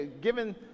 given